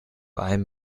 einem